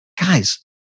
Guys